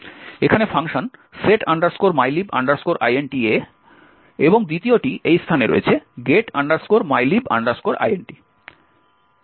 এখানে function set mylib int এ এবং দ্বিতীয়টি এই স্থানে রয়েছে get mylib int